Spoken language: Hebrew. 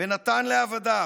ונתן לעבדיו.